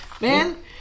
man